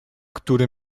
który